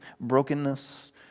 brokenness